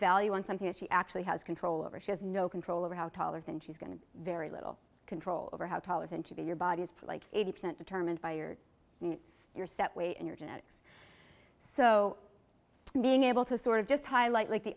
value on something that she actually has control over she has no control over how taller than she's going to very little control over how tolerant should be your body is like eighty percent determined by your set weight and your genetics so being able to sort of just highlight like the